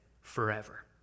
forever